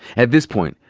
at this point,